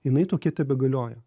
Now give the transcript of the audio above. jinai tokia tebegalioja